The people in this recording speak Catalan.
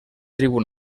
tribu